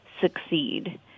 succeed